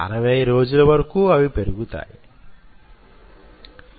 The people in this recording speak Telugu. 60 రోజుల వరకు అవి పెరుగుతాయి